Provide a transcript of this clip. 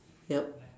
yup